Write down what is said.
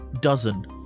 Dozen